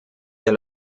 der